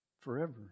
forever